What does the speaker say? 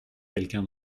quelqu’un